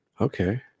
Okay